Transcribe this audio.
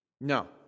no